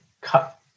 cut